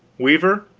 weaver.